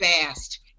fast